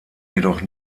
jedoch